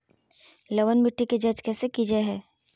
लवन मिट्टी की जच कैसे की जय है?